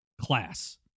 class